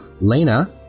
Lena